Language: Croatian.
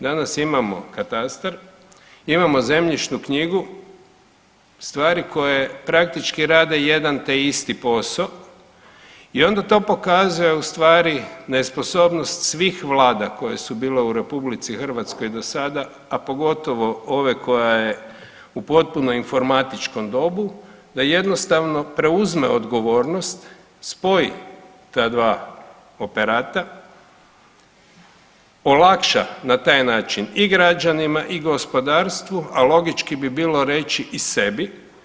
Danas imamo katastar, imamo zemljišnu knjigu, stvari koje praktički rade jedan te isti posao i onda to pokazuje u stvari nesposobnost svih vlada koje su bile u Republici Hrvatskoj do sada, a pogotovo ove koja je u potpuno informatičkom dobu da jednostavno uzme odgovornost, spoji ta dva operata, olakša na taj način i građanima i gospodarstvu, a logički bi bilo reći i sebi.